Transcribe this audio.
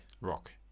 Rock